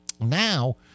Now